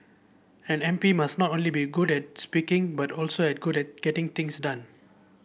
an M P must now only be good at speaking but also at good at getting things done